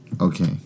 Okay